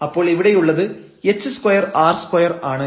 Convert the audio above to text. അപ്പോൾ ഇവിടെയുള്ളത് h2 r2 ആണ്